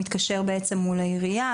מתקשר מול העירייה,